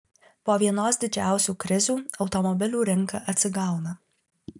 po vienos didžiausių krizių automobilių rinka atsigauna